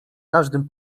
każdym